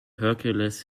hercules